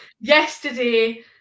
yesterday